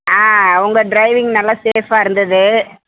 ஆ உங்கள் டிரைவிங் நல்ல சேஃபாக இருந்தது